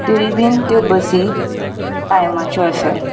तेय बी त्यो बसी टायमाच्यो आसा